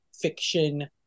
fiction